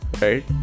right